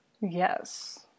Yes